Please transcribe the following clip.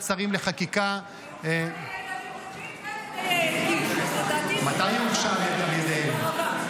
שרים לחקיקה --- היא הוגשה --- מתי היא הוגשה על ידיהם?